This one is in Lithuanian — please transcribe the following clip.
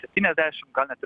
septyniasdešimt gal net ir